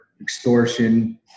extortion